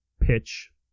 pitch